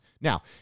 Now